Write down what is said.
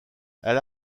elle